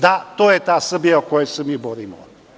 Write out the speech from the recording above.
Da, to je ta Srbija za koju se mi borimo.